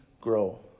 grow